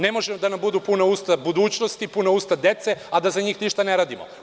Ne mogu da nam budu puna usta budućnosti, puna usta dece, a da za njih ništa ne radimo.